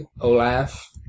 Olaf